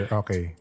okay